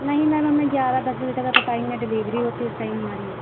नहीं मैम हमें ग्यारह दस बजे तक का तो टाइम है डिलीवरी होती है उस टाइम हमारी